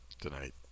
tonight